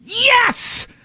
Yes